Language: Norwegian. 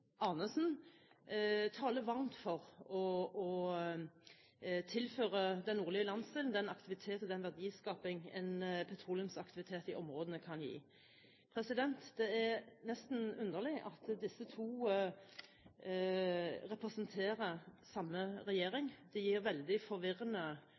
Arnesen taler varmt for å tilføre den nordlige landsdelen den aktivitet og den verdiskaping en petroleumsaktivitet i områdene kan gi. Det er nesten underlig at disse to representerer samme